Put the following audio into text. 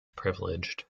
privileged